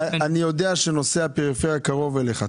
אני יודע שנושא הפריפריה קרוב ללבך.